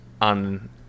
on